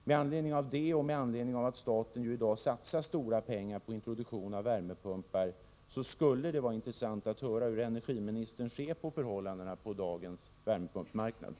Med anledning av det och med anledning av att staten ju i dag satsar stora pengar på introduktion av värmepumpar skulle det vara intressant att höra hur energiministern ser på förhållandena på dagens värmepumpsmarknad.